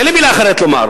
אין לי מלה אחרת לומר.